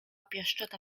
pieszczota